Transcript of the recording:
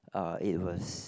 uh it was